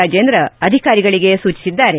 ರಾಜೇಂದ್ರ ಅಧಿಕಾರಿಗಳಿಗೆ ಸೂಚಿಸಿದ್ದಾರೆ